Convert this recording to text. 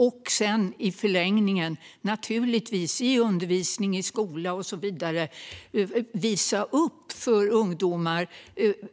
och i förlängningen visa upp för ungdomar i undervisningen i skola och så vidare